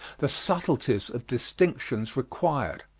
the subtleties of distinctions required.